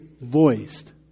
voiced